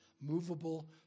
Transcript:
movable